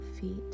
feet